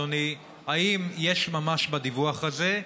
אדוני: האם יש ממש בדיווח הזה?